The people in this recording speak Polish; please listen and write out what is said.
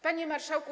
Panie Marszałku!